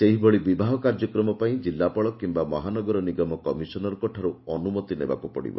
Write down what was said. ସେହିଭଳି ବିବାହ କାର୍ଯ୍ୟକ୍ରମ ପାଇଁ ଜିଲ୍ଲାପାଳ କିମ୍ଘା ମହାନଗର ନିଗମ କମିସନରଙ୍କ ଠାରୁ ଅନୁମତି ନେବାକୁ ପଡିବ